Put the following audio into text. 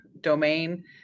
domain